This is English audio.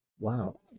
Wow